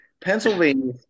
Pennsylvania